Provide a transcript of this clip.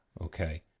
Okay